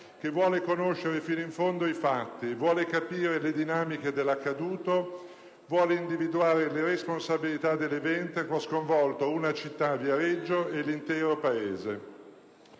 che vuole conoscere fino in fondo i fatti, vuole capire le dinamiche dell'accaduto, vuole individuare le responsabilità dell'evento che ha sconvolto una città, Viareggio, e l'intero Paese.